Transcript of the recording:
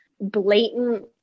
blatant